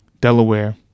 Delaware